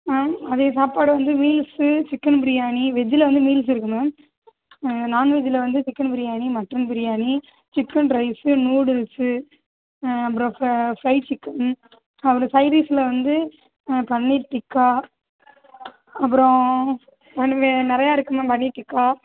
ஆ மதியம் சாப்பாடு வந்து மீல்ஸ் சிக்கன் பிரியாணி வெஜ்ஜில் வந்து மீல்ஸ் இருக்குது மேம் நான் வெஜ்ஜில் வந்து chicken biryani mutton biryani chicken rice noodles அப்புறம் ஃப ஃப்ரைட் சிக்கன் அப்புறம் சைடிஷ்ல வந்து பன்னீர் டிக்கா அப்புறம் ஒன்று வே நிறைய இருக்குது மேம் பன்னீர் டிக்கா